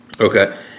okay